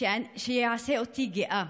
לעשות אותי גאה.